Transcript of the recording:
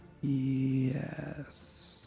Yes